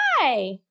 hi